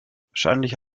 wahrscheinlich